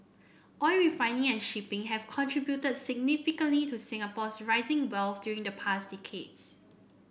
oil refining and shipping have contributed significantly to Singapore's rising wealth during the past decades